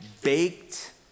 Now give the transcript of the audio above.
baked